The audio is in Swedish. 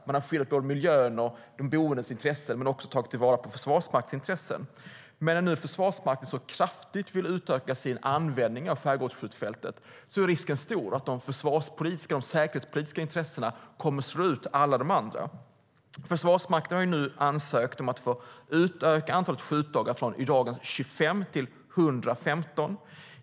Man har skyddat miljön och de boendes intresse men också tagit till vara Försvarsmaktens intressen. Men när Försvarsmakten nu vill utöka sin användning av skärgårdsskjutfältet kraftigt är risken stor att de försvars och säkerhetspolitiska intressena kommer att slå ut alla de andra. Försvarsmakten har ansökt om att få utöka antalet skjutdagar från dagens 25 till 115.